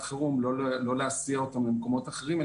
חירום לא להסיע אותם למקומות אחרים,